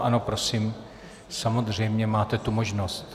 Ano, prosím, samozřejmě máte tu možnost.